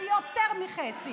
ביותר מחצי,